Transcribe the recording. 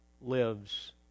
lives